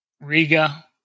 Riga